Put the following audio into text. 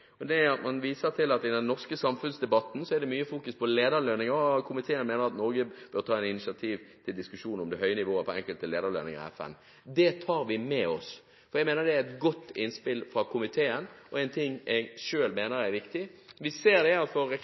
Man viser til at det i den norske samfunnsdebatten er mye fokus på lederlønninger, og komiteen mener at Norge bør ta et initiativ til diskusjon om det høye nivået på enkelte lederlønninger i FN. Det tar vi med oss, for jeg mener dette er et godt innspill fra komiteen. Det er en ting til jeg mener er viktig: Vi ser at for